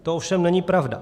To ovšem není pravda.